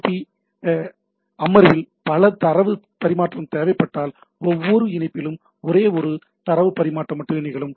B அமர்வில் பல தரவு பரிமாற்றம் தேவைப்பட்டால் ஒவ்வொரு இணைப்பிலும் ஒரே ஒரு தரவு பரிமாற்றம் மட்டுமே நிகழும்